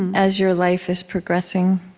as your life is progressing